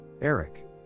Eric